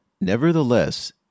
Nevertheless